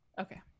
okay